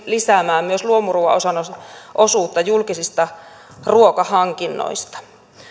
lisäämään myös luomuruuan osuutta julkisista ruokahankinnoista